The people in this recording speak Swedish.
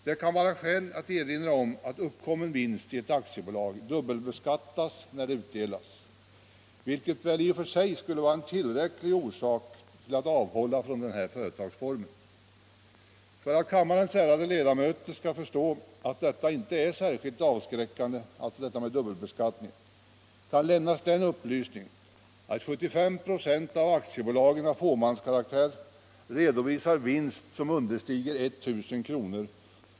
Det kan vara skäl att erinra om att uppkommen vinst i ett aktiebolag dubbelbeskattas när den utdelas, vilket i och för sig skulle vara en tillräcklig orsak till att avhålla från den här företagsformen. För att kammarens ärade ledamöter skall förstå att detta med dubbelbeskattning inte är särskilt avskräckande kan lämnas den upplysningen att 75 "v av aktiebolagen av fåmanskaraktär redovisar vinst som understiger 1000 kr.